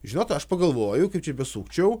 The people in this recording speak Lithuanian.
žinot aš pagalvoju kaip čia besukčiau